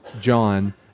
john